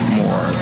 more